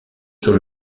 sur